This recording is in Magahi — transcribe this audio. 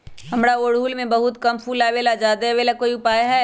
हमारा ओरहुल में बहुत कम फूल आवेला ज्यादा वाले के कोइ उपाय हैं?